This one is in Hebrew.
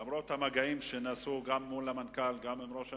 למרות המגעים שנעשו גם מול המנכ"ל וגם עם ראש הממשלה,